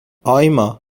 آیما